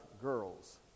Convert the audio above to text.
girls